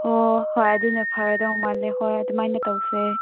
ꯑꯣ ꯍꯣꯏ ꯑꯗꯨꯅ ꯐꯔꯗꯧꯕ ꯃꯥꯜꯂꯦ ꯍꯣꯏ ꯑꯗꯨꯃꯥꯏꯅ ꯇꯧꯁꯦ